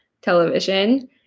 television